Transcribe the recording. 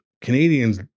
Canadians